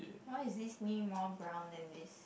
why is this knee more brown than this